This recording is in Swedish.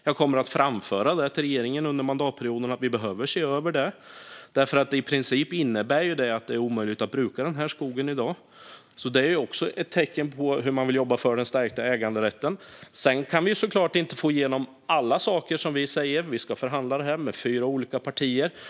Jag kommer att framföra till regeringen under mandatperioden att vi behöver se över det, eftersom det i princip innebär att det är omöjligt att bruka den här skogen i dag. Även det är ett tecken på hur vi vill jobba för att stärka äganderätten. Sedan kan vi såklart inte få igenom alla saker som vi säger. Vi ska förhandla om detta fyra olika partier emellan.